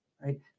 right